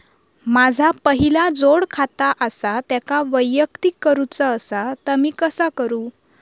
माझा पहिला जोडखाता आसा त्याका वैयक्तिक करूचा असा ता मी कसा करू?